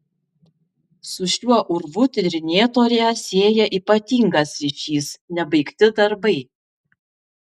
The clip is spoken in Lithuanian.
su šiuo urvu tyrinėtoją sieja ypatingas ryšys nebaigti darbai